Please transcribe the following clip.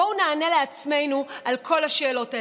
בואו נענה לעצמנו על כל השאלות האלה.